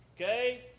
Okay